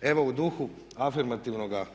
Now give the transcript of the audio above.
Evo u duhu afirmativnoga